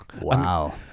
wow